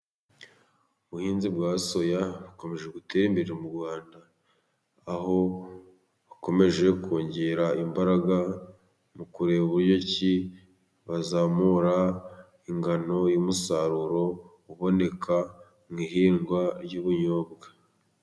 Ubuhinzi bwa soya bukomeje gutera imbere mu Rwanda, aho bakomeje kongera imbaraga mu kureba uburyoki bazamura ingano y'umusaruro uboneka mu ihingwa ry'ubunyobwa.